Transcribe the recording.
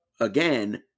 again